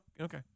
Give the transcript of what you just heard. okay